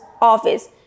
office